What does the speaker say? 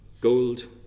Gold